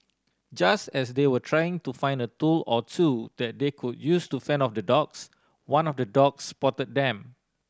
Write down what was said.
just as they were trying to find a tool or two that they could use to fend off the dogs one of the dogs spotted them